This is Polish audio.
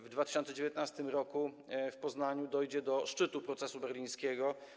W 2019 r. w Poznaniu dojdzie do szczytu procesu berlińskiego.